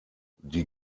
die